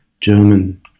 German